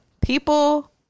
people